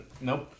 Nope